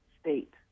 state